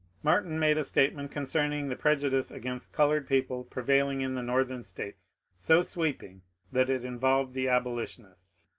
martin made a statement concerning the prejudice against coloured people prevailing in the northern states so sweeping that it involved the abolitionists.